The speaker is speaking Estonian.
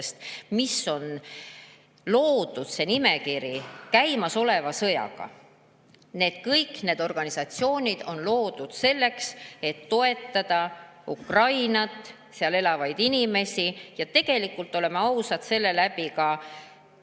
mis on loodud – see nimekiri – seoses käimasoleva sõjaga. Kõik need organisatsioonid on loodud selleks, et toetada Ukrainat, seal elavaid inimesi ja tegelikult, oleme ausad, seeläbi ka,